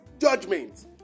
judgment